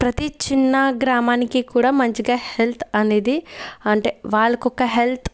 ప్రతి చిన్న గ్రామానికి కూడా మంచిగా హెల్త్ అనేది అంటే వాళ్ళకు ఒక హెల్త్